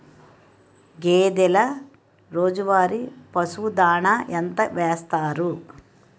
గేదెల రోజువారి పశువు దాణాఎంత వేస్తారు?